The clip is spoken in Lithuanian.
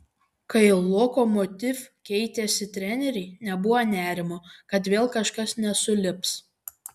kai lokomotiv keitėsi treneriai nebuvo nerimo kad vėl kažkas nesulips